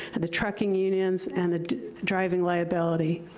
the trucking unions and the driving liability.